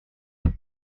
gand